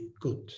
good